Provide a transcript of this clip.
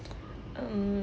um